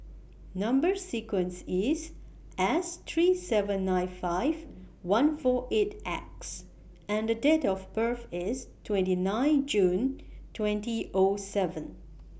Number sequence IS S three seven nine five one four eight X and Date of birth IS twenty nine June twenty O seven